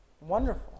wonderful